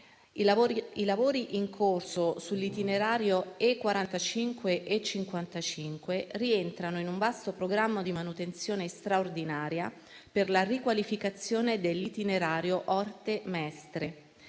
I lavori in corso sull'itinerario E45-E55 rientrano in un vasto programma di manutenzione straordinaria per la riqualificazione dell'itinerario Orte-Mestre.